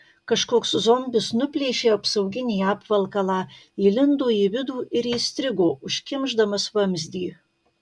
kažkoks zombis nuplėšė apsauginį apvalkalą įlindo į vidų ir įstrigo užkimšdamas vamzdį